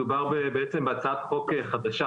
מדובר בהצעת חוק חדשה,